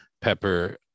pepper